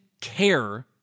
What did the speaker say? care